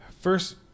First